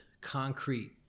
concrete